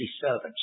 servants